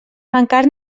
mancar